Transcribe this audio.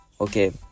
Okay